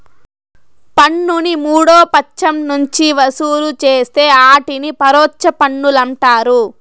పన్నుని మూడో పచ్చం నుంచి వసూలు చేస్తే ఆటిని పరోచ్ఛ పన్నులంటారు